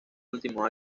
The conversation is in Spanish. último